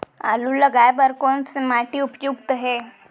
आलू लगाय बर कोन से माटी उपयुक्त हे?